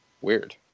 Weird